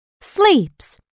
sleeps